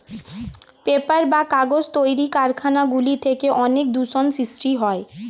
paper বা কাগজ তৈরির কারখানা গুলি থেকে অনেক দূষণ সৃষ্টি হয়